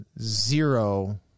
zero